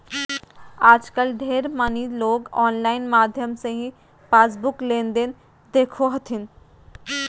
आजकल ढेर मनी लोग आनलाइन माध्यम से ही पासबुक लेनदेन देखो हथिन